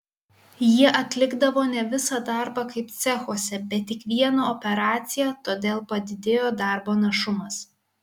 jie atlikdavo ne visą darbą kaip cechuose bet tik vieną operaciją todėl padidėjo darbo našumas